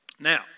Now